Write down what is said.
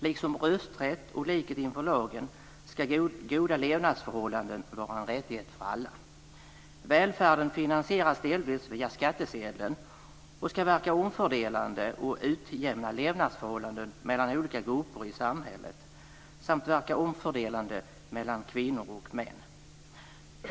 Liksom rösträtt och likhet inför lagen ska goda levnadsförhållanden vara en rättighet för alla. Välfärden finansieras delvis via skattsedeln och ska verka omfördelande och utjämna levnadsförhållandena mellan olika grupper i samhället samt verka omfördelande mellan kvinnor och män.